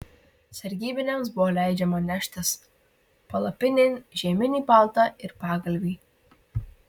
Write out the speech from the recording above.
sargybiniams buvo leidžiama neštis palapinėn žieminį paltą ir pagalvį